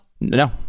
No